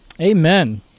Amen